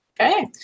Okay